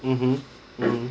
mmhmm